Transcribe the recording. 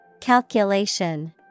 Calculation